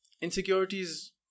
Insecurities